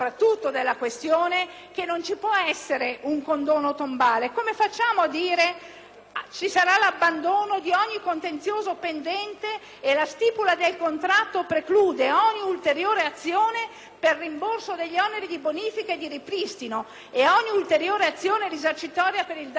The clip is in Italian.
ci sarà l'abbandono di ogni contenzioso pendente e che la stipula del contratto preclude ogni ulteriore azione per il rimborso degli oneri di bonifica e di ripristino ed ogni ulteriore azione risarcitoria per il danno ambientale, senza dire che il danno ambientale è noto nel momento in cui viene stipulata